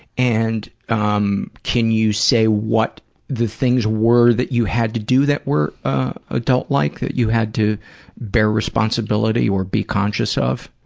and um can you say what the things were that you had to do that were adult-like, that you had to bear responsibility or be conscious of?